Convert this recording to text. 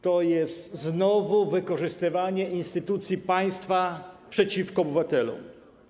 To znowu jest wykorzystywanie instytucji państwa przeciwko obywatelom.